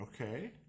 okay